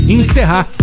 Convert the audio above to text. encerrar